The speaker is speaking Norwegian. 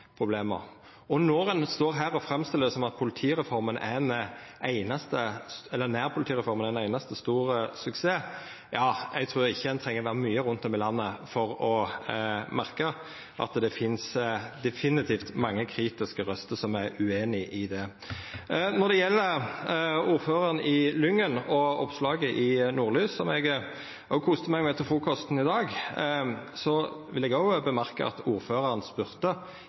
Når ein står her og framstiller det som at nærpolitireforma er ein einaste stor suksess – eg trur ikkje ein treng å vera mykje rundt om i landet for å merka at det definitivt finst mange kritiske røyster som er ueinige i det. Når det gjeld ordføraren i Lyngen og oppslaget i Nordlys, som eg òg koste meg med til frukosten i dag, vil eg også tilføya at ordføraren